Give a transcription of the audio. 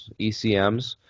ECMS